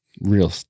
real